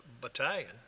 battalion